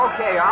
Okay